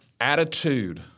attitude